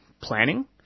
planning